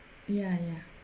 ya ya ya